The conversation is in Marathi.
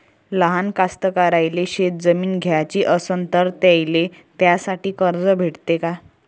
लहान कास्तकाराइले शेतजमीन घ्याची असन तर त्याईले त्यासाठी कर्ज भेटते का?